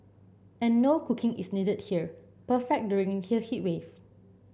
and no cooking is needed here perfect during here heat wave